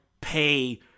pay